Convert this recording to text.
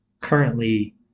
currently